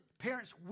Parents